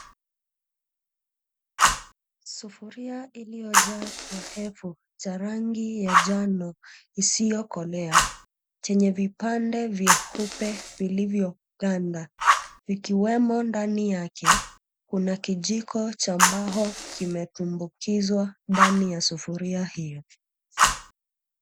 Sufuria iliyojaa kiowevu cha rangi ya njano isiyokolea chenye vipande vyeupe vilivyoganda. Vikiwemo ndani yake kuna kijiko cha mbao kimetumbukizwa ndani ya sufuria hiyo.